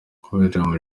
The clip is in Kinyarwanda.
kabagema